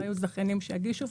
לא היו זכיינים שהגישו.